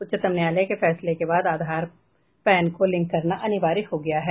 उच्चतम न्यायालय के फैसले के बाद आधार पैन को लिंक करना अनिवार्य हो गया है